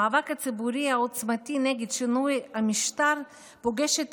המאבק הציבורי העוצמתי נגד שינוי המשטר פוגש את